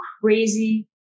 crazy